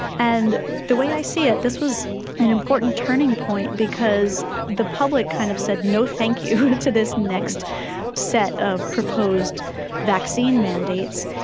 and the way i see it, this was an important turning point because the public kind of said no thank you to this next set of proposed vaccine mandates,